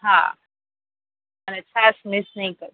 હા અને છાસ મિસ નઈ કરતાં